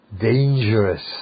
dangerous